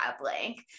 blank